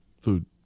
food